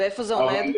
ואיפה זה עומד?